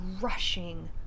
rushing